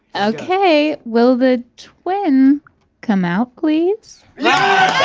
okay, will the twin come out please? yeah!